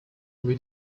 will